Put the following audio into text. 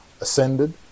ascended